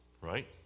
right